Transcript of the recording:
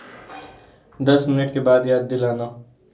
दस मिनट के बाद याद दिलाना